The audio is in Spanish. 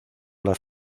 las